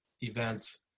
events